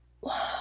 wow